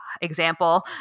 example